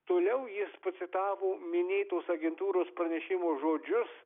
toliau jis pacitavo minėtos agentūros pranešimo žodžius